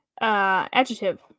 Adjective